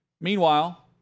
Meanwhile